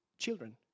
children